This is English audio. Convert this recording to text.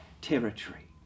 territory